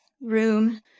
room